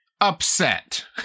Upset